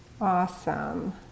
Awesome